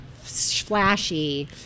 flashy